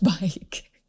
bike